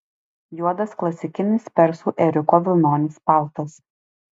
juodas klasikinis persų ėriuko vilnonis paltas